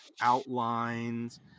outlines